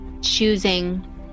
choosing